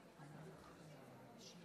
ב-30 במרץ, אנו מציינים את יום האדמה, יום